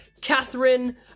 Catherine